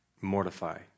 mortify